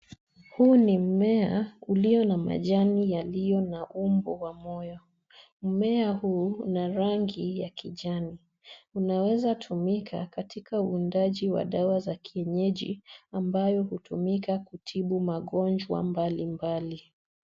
Huu ni mmea ulio na majani yaliyo na umbo wa moyo. Mmea huu una rangi ya kijani. Unaweza tumika katika uundaji wa dawa za kienyeji, ambayo hutumika kutibu magonjwa mbali mbali.